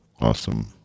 awesome